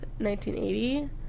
1980